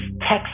text